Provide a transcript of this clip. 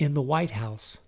in the white house